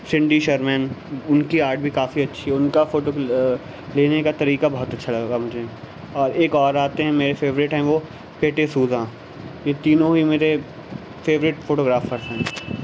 فنڈی Sherman ان کی art بھی کافی اچھی ہے ان کا فوٹو بھی لینے کا طریقہ بہت اچھا لگا مجھے اور ایک اور آتے ہیں میرے فیورٹ ہیں وہ پیٹی سوزا یہ تینوں ہی میرے فیورٹ فوٹو گرافر ہیں